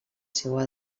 seua